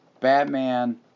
Batman